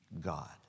God